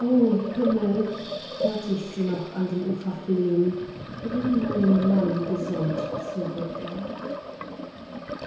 o himmel hört ich sie noch an dem ufer flehn bring meinen mann gesund zurücke